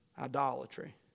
Idolatry